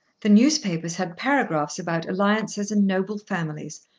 the newspapers had paragraphs about alliances and noble families,